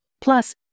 plus